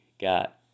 got